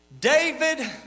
David